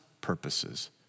purposes